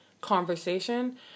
conversation